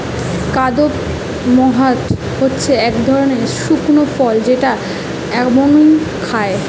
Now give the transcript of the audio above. কাদপমহাট হচ্ছে এক ধরনের শুকনো ফল যেটা এমনই খায়